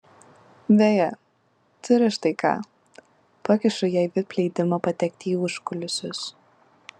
beje turiu štai ką pakišu jai vip leidimą patekti į užkulisius